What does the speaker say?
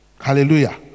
hallelujah